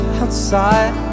outside